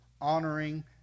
honoring